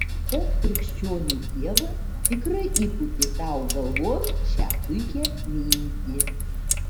tas krikščionių dievas tikrai įpūtė tau galvon šią puikią mintį